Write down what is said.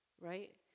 Right